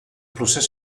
procés